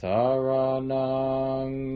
Saranang